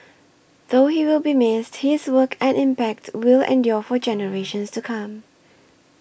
though he will be missed his work and impact will endure for generations to come